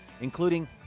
including